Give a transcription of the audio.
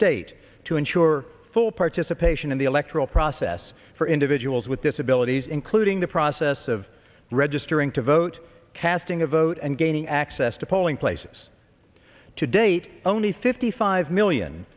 state to ensure full participation in the electoral process for individuals with disabilities including the assess of registering to vote casting a vote and gaining access to polling places to date only fifty five million